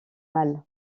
mal